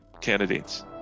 candidates